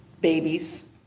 babies